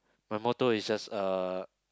my motto is just uh